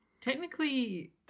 Technically